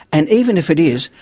and even if it is,